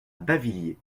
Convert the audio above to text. bavilliers